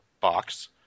box